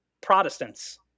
Protestants